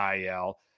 IL